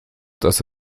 dass